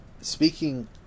Speaking